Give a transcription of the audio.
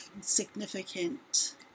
significant